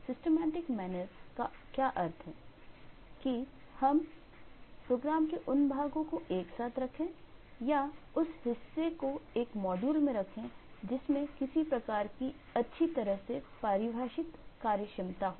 systematic manner का क्या अर्थ है कि हम प्रोग्राम के उन भागों को एक साथ रखें या उस हिस्से को एक मॉड्यूल में रखें जिसमें किसी प्रकार की अच्छी तरह से परिभाषित कार्यक्षमता हो